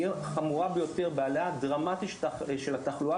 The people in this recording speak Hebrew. תהיה חמורה ביותר בהעלאה דרמטית של התחלואה